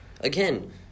again